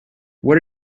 what